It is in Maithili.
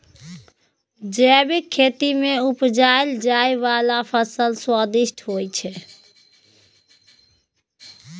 जैबिक खेती मे उपजाएल जाइ बला फसल स्वादिष्ट होइ छै